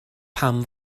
pam